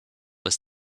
was